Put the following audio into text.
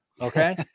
Okay